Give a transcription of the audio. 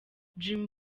dream